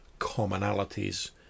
commonalities